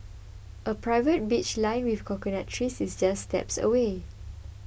a private beach lined with coconut trees is just steps away